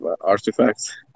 artifacts